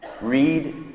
Read